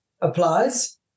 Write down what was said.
applies